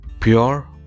Pure